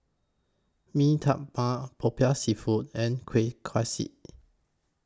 Mee Tai Mak Popiah Seafood and Kueh Kaswi